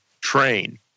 train